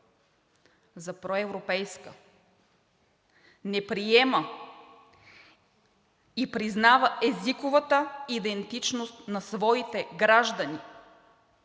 за проевропейско, не приема и признава езиковата идентичност на своите граждани